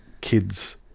kids